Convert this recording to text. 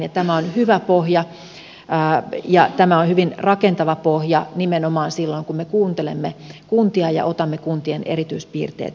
tämä on hyvä pohja ja tämä on hyvin rakentava pohja nimenomaan silloin kun me kuuntelemme kuntia ja otamme kuntien erityispiirteet huomioon